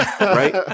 right